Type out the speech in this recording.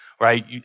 right